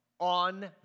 on